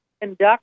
conduct